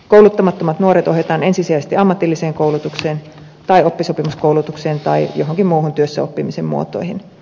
kouluttamattomat nuoret ohjataan ensisijaisesti ammatilliseen koulutukseen tai oppisopimuskoulutukseen tai johonkin muuhun työssäoppimisen muotoon